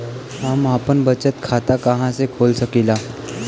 हम आपन बचत खाता कहा खोल सकीला?